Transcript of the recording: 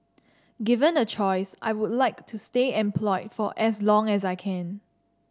given a choice I would like to stay employed for as long as I can